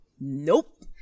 nope